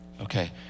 Okay